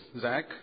Zach